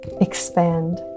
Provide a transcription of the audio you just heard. Expand